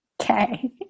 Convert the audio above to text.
Okay